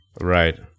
Right